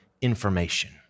information